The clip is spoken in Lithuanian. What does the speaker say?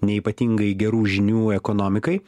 ne ypatingai gerų žinių ekonomikai